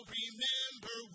remember